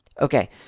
Okay